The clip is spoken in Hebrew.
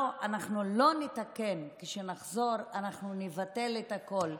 לא, אנחנו לא נתקן כשנחזור, אנחנו נבטל את הכול.